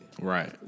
Right